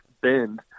bend